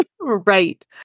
Right